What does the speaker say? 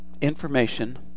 Information